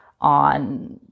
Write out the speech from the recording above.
on